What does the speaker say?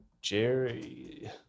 Jerry